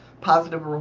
positive